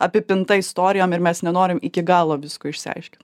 apipinta istorijom ir mes nenorim iki galo visko išsiaiškint